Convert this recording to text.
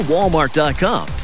Walmart.com